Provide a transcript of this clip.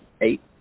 eight